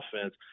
offense